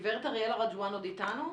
גברת אריאלה רג'ואן עוד איתנו?